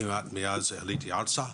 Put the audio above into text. כמעט מאז שעליתי ארצה.